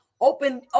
open